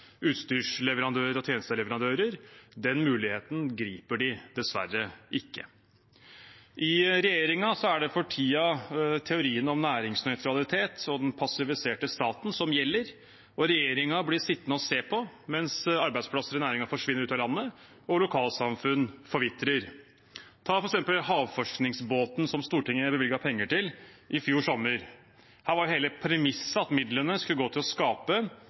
utstyrsleverandører og tjenesteleverandører. Den muligheten griper de dessverre ikke. I regjeringen er det for tiden teorien om næringsnøytralitet og den passiviserte staten som gjelder. Regjeringen blir sittende og se på, mens arbeidsplasser i næringen forsvinner ut av landet og lokalsamfunn forvitrer. Ta f.eks. havforskningsbåten som Stortinget bevilget penger til i fjor sommer. Her var hele premisset at midlene skulle gå til å skape